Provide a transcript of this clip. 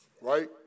right